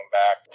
back